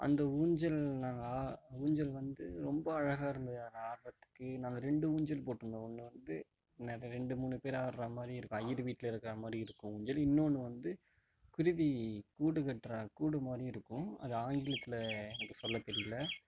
அந்த ஊஞ்சல் நாங்க ஊஞ்சல் வந்து ரொம்ப அழகாக இருந்தது ஆடுரத்துக்கு நாங்கள் ரெண்டு ஊஞ்சல் போட்யிருந்தோம் ஒன்று வந்து ரெண்டு மூணு பேர் ஆட்றா மாதிரி இருக்கும் ஐயிரு வீட்டில் இருக்கிறா மாதிரி இருக்கும் ஊஞ்சல் இன்னோன்று வந்து குருவி கூடு கட்டுற கூடு மாதிரி இருக்கும் அது ஆங்கிலத்தில் எனக்கு சொல்ல தெரியலை